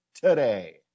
today